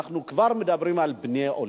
אנחנו כבר מדברים על בני עולים.